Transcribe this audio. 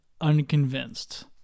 unconvinced